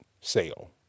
sale